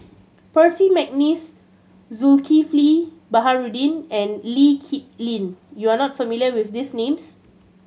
Percy McNeice Zulkifli Baharudin and Lee Kip Lin you are not familiar with these names